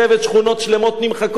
שכונות שלמות נמחקות.